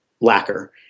lacquer